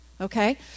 Okay